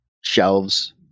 shelves